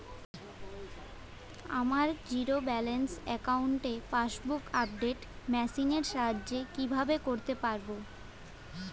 আমার zero balance অ্যাকাউন্টে passbook update machine এর সাহায্যে কীভাবে করতে পারব?